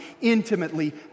intimately